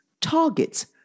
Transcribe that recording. targets